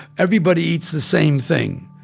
everybody eats the same thing.